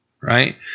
right